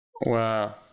Wow